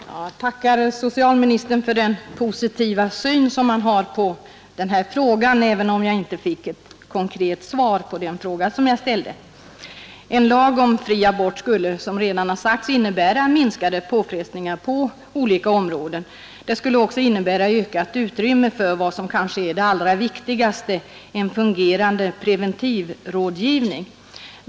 Herr talman! Jag tackar socialministern för den positiva syn han har på denna sak, även om jag inte fick något konkret svar på den fråga jag ställde. En lag om fri abort skulle, som jag redan sagt, innebära minskade påfrestningar på olika områden. Det skulle också innebära ökat utrymme för vad som kanske är det allra viktigaste — en fungerande preventivrådgivning.